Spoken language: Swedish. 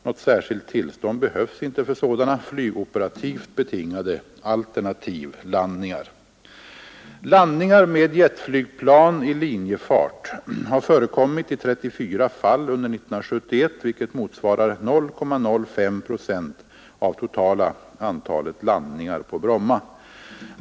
Något särskilt tillstånd behövs inte för sådana flygoperativt betingade alternativlandningar. Landningar med jetflygplan i linjefart har förekommit i 34 fall under 1971, vilket motsvarar 0,05 procent av totala antalet landningar på Bromma.